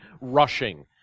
rushing